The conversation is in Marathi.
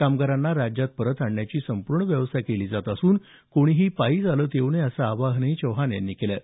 कामगारांना राज्यात परत आणण्याची संपूर्ण व्यवस्था केली जात असून कोणीही पायी चालत येऊ नये असं आवाहनही चौहान यांनी केलं आहे